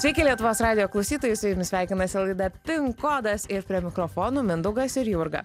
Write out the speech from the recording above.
sveiki lietuvos radijo klausytojai su jumis sveikinasi laida pin kodas ir prie mikrofonų mindaugas ir jurga